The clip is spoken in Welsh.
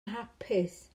hapus